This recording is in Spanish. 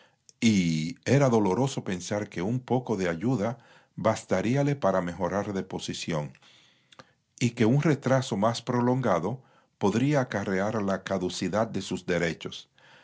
y era doloroso pensar que un poco de ayuda bastaríale para mejorar de posición y que un retraso más prolongado podría acarrear la caducidad de sus derechos